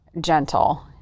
gentle